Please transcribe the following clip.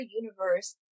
universe